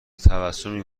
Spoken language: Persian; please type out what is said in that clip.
تبسمی